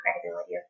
credibility